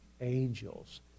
angels